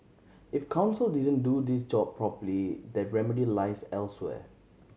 if counsel didn't do this job properly the remedy lies elsewhere